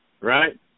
right